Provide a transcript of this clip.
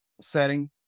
setting